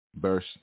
verse